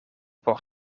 por